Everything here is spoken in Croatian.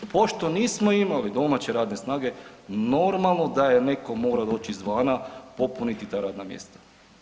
Pošto nismo imali domaće radne snage, normalno da je netko morao doći izvana popuniti ta radna mjesta.